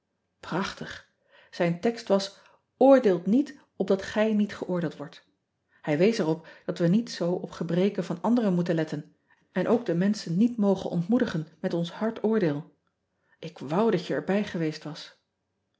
rachtig ijn tekst was ordeelt niet opdat gij niet geoordeeld wordt ij wees er op dat we niet zoo op gebreken van anderen moeten letten en ook de menschen niet moegen ontmoedigen met ons hard oordeel k wou dat je er bij geweest was